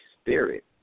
spirit